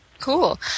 Cool